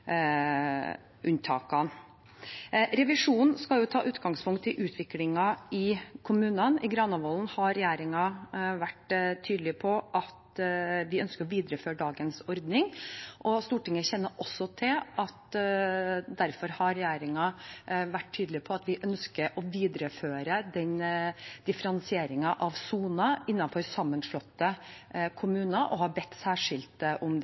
Revisjonen skal ta utgangspunkt i utviklingen i kommunene. I Granavolden-plattformen har regjeringen vært tydelig på at vi ønsker å videreføre dagens ordning. Stortinget kjenner også til at regjeringen derfor har vært tydelig på at vi ønsker å videreføre differensieringen av soner innenfor sammenslåtte kommuner og har bedt særskilt om det.